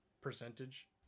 percentage